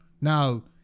Now